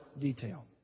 detail